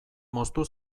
moztu